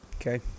Okay